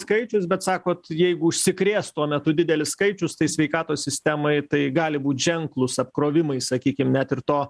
skaičius bet sakot jeigu užsikrės tuo metu didelis skaičius tai sveikatos sistemai tai gali būt ženklūs apkrovimai sakykim net ir to